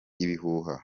ibihuha